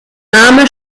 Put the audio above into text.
name